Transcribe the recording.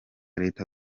leta